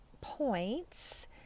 points